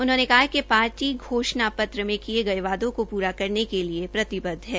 उन्होंने कहा कि पार्टी घोषणा पत्र में किए गये वादों को पूरा करने के लिए प्रतिबद्व है